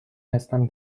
هستم